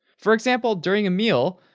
for example, during a meal,